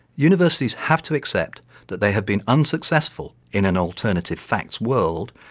universities have to accept that they have been unsuccessful, in an alternative facts world,